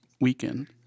weekend